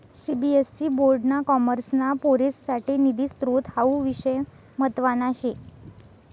CBSE board ना कॉमर्सना पोरेससाठे निधी स्त्रोत हावू विषय म्हतवाना शे